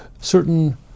certain